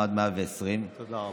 עד 120. תודה רבה.